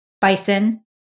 Bison